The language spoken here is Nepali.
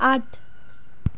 आठ